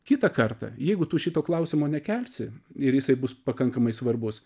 kitą kartą jeigu tu šito klausimo nekelsi ir jisai bus pakankamai svarbus